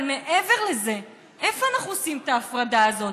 אבל מעבר לזה, איפה אנחנו עושים את ההפרדה הזאת?